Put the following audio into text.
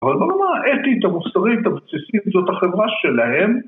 אבל ברמה האתית, המוסרית, הבסיסית, זאת החברה שלהם